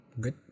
Good